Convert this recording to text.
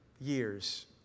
years